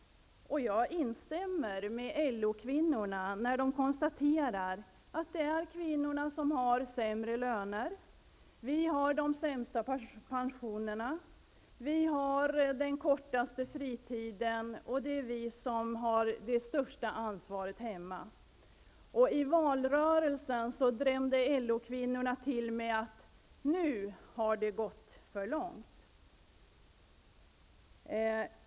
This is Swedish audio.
Jag instämmer med LO kvinnorna när de konstaterar att det är kvinnorna som har de sämsta lönerna. Vi har de sämsta pensionerna, vi har den kortaste fritiden, och det är vi som har det största ansvaret hemma. I valrörelsen drämde LO-kvinnorna till med att ''Nu har det gått för långt''.